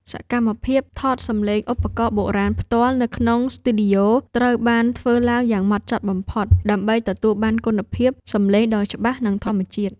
សកម្មភាពថតសំឡេងឧបករណ៍បុរាណផ្ទាល់នៅក្នុងស្ទីឌីយ៉ូ ត្រូវបានធ្វើឡើងយ៉ាងម៉ត់ចត់បំផុត ដើម្បីទទួលបានគុណភាពសំឡេងដ៏ច្បាស់ និងធម្មជាតិ។